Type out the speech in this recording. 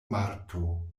marto